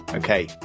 Okay